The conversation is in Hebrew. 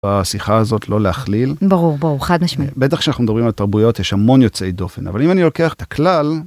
בשיחה הזאת לא להכליל. ברור ברור חד משמעי. בטח כשאנחנו מדברים על תרבויות, יש המון יוצאי דופן. אבל אם אני לוקח את הכלל